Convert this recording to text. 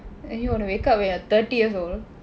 and you wanna wake up when you're thirty years old